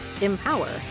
empower